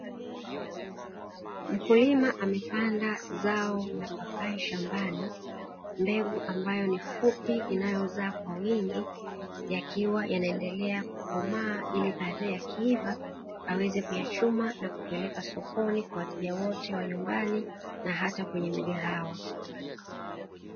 Mkulima amepanda zao na papai shambani mbegu ambayo ni fupi inayozaa kwa wingi, yakiwa yanaendelea kukomaa ili baadae yakiiva aweze kuyachuma na kupeleka sokoni kwa wateja wote wa nyumbani na hata kwenye migahawa.